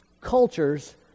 cultures